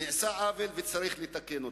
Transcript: נעשה עוול וצריך לתקן אותו.